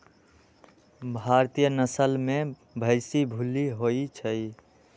भारतीय नसल में भइशी भूल्ली होइ छइ